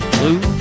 Blue